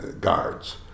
Guards